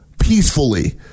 peacefully